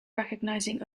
recognizing